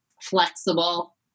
flexible